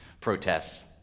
protests